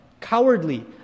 cowardly